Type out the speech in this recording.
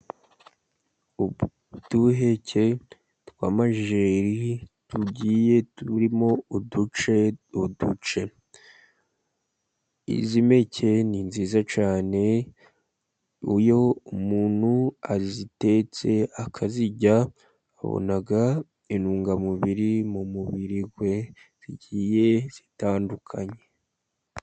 Uduheke tw'amajeri tugiye turimo uduce uduce, izi mpeke ni nziza cyane, iyo umuntu azitetse akazirya, abona intungamubiri mu mubiri we, zigiye zitandukanye.